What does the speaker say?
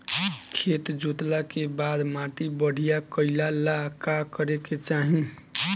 खेत जोतला के बाद माटी बढ़िया कइला ला का करे के चाही?